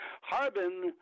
Harbin